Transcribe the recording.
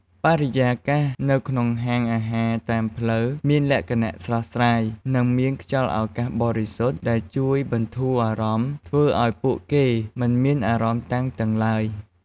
បរិយាកាសនៅតាមហាងអាហារតាមផ្លូវមានលក្ខណៈស្រស់ស្រាយ និងមានខ្យល់អាកាសបរិសុទ្ធដែលជួយបន្ធូរអារម្មណ៍ ធ្វើឲ្យពួកគេមិនមានអារម្មណ៍តានតឹងឡើយ។